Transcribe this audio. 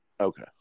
Okay